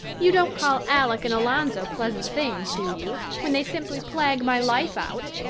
you don't call alec and alonzo pleasant things, do you, when they simply plague my life out?